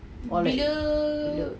balik bila